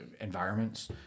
environments